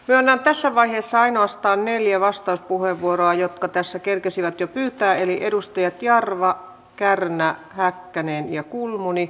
myönnän tässä vaiheessa ainoastaan neljä vastauspuheenvuoroa niille jotka tässä kerkesivät jo pyytämään eli edustajille jarva kärnä häkkänen ja kulmuni